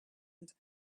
and